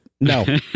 No